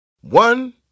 One